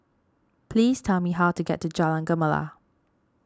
please tell me how to get to Jalan Gemala